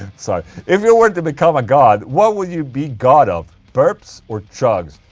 so if you were to become a god, what would you be god of? burps or chugs?